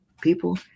people